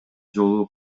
жолу